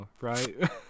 right